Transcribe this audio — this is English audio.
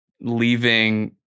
leaving